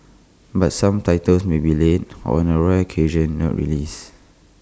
but some titles may be late or on A rare occasion not released